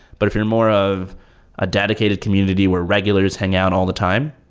but if you're more of a dedicated community where regulars hang out all the time,